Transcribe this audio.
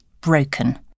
broken